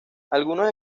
algunos